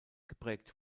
geprägt